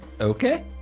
Okay